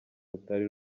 rutari